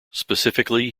specifically